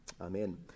Amen